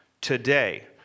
today